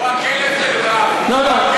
כמו הכלב של, לא, לא.